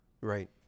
Right